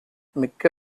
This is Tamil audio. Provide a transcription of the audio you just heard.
மிக்க